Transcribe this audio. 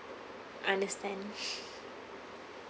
understand